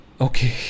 okay